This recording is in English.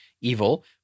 evil